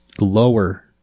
lower